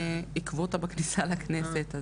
נראה לי שעיכבו אותה בכניסה לכנסת.